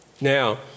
Now